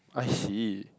I see